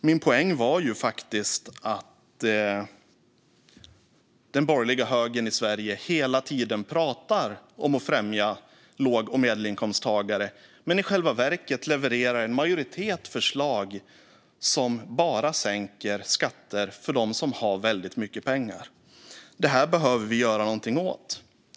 Min poäng var att den borgerliga högern i Sverige hela tiden pratar om att främja låg och medelinkomsttagare men i själva verket levererar en majoritet förslag som bara sänker skatter för dem som har väldigt mycket pengar. Det här behöver vi göra någonting åt.